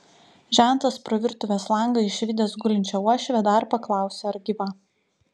žentas pro virtuvės langą išvydęs gulinčią uošvę dar paklausė ar gyva